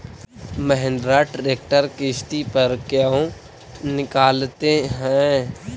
Mahindra tractor किसति पर क्यों निकालते हैं?